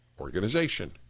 organization